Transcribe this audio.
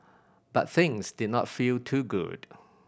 but things did not feel too good